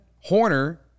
Horner